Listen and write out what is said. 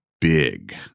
big